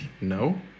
no